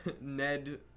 ned